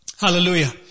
Hallelujah